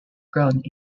ground